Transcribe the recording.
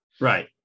Right